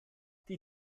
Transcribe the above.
die